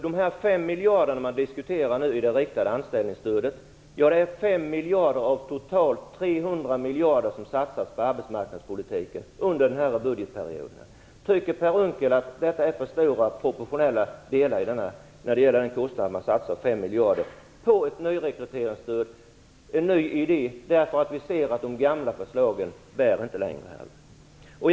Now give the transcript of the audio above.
De 5 miljarder som man diskuterar till det riktade anställningsstödet är 5 miljarder av totalt 300 miljarder som satsas på arbetsmarknadspolitiken under denna budgetperiod. Tycker Per Unckel att detta är en för stor del proportionellt, att man satsar 5 miljarder på ett nyrekryteringsstöd? Det är en ny idé, som vi satsar på därför att vi ser att de gamla förslagen inte längre bär. Herr talman!